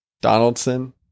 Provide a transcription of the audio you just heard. Donaldson